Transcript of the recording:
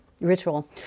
Ritual